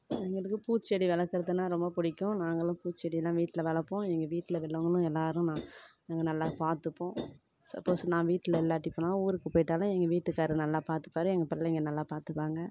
எங்களுக்கு பூச்செடி வளர்க்கறதுனா ரொம்ப பிடிக்கும் நாங்களும் பூச்செடிலாம் வீட்டில் வளர்ப்போம் எங்கள் வீட்டில் உள்ளவங்களும் எல்லோரும் நா நாங்கள் நல்லா பார்த்துப்போம் சப்போஸ் நான் வீட்டில் இல்லாட்டி போனால் ஊருக்கு போயிட்டாலும் எங்கள் வீட்டுக்காரரு நல்லா பார்த்துப்பாரு எங்கள் பிள்ளைங்க நல்லா பார்த்துப்பாங்க